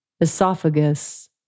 esophagus